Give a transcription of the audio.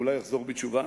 ואולי יחזור בתשובה,